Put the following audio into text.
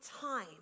time